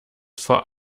vor